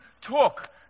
talk